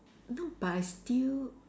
no but I still